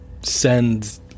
send